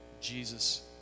Jesus